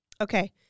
Okay